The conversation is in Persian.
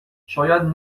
شاید